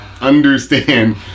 understand